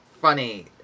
funny